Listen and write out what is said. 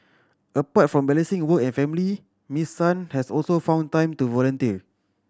apart from balancing work and family Miss Sun has also found time to volunteer